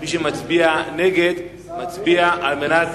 מי שמצביע נגד, מצביע על מנת